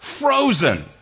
frozen